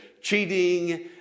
cheating